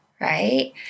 right